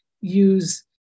use